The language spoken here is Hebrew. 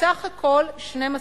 בסך הכול 12%,